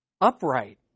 upright